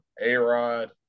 A-Rod –